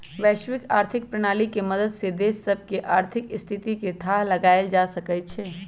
वैश्विक आर्थिक प्रणाली के मदद से देश सभके आर्थिक स्थिति के थाह लगाएल जा सकइ छै